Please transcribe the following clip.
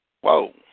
Whoa